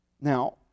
Now